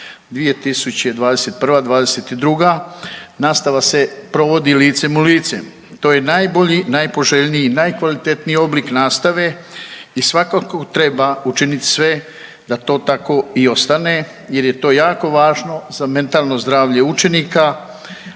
2021. – 22. nastava se provodi licem u lice. To je najbolji, najpoželjniji i najkvalitetniji oblik nastave i svakako treba učiniti sve da to tako i ostane jer je to jako važno za mentalno zdravlje učenika,